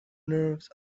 nerves